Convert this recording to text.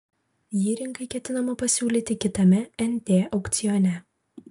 jį rinkai ketinama pasiūlyti kitame nt aukcione